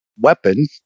weapon